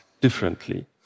differently